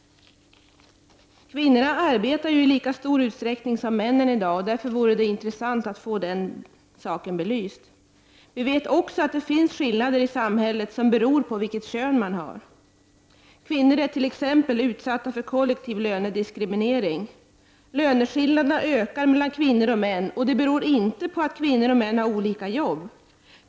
Kvinnorna arbetar i lika stor utsträckning som männen i dag. Därför vore det intressant att den frågan belystes. Vi vet också att det finns skillnader i samhället som beror på vilket kön man har. Kvinnor är t.ex. utsatta för kollektiv lönediskriminering. Men löneskillnaderna ökar mellan kvinnor och män, och det beror inte på att kvinnor och män har olika arbeten.